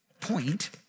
point